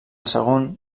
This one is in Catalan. segon